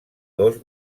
dos